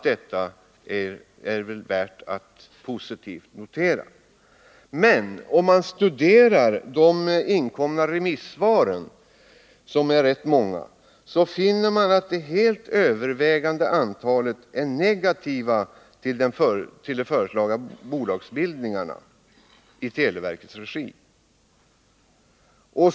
Detta är väl värt att positivt notera, men om man studerar de inkomna remissvaren, som är rätt många, finner man att det helt övervägande antalet är negativa till de föreslagna bolagsbildningarna i televerkets regi.